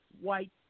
white